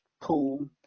pool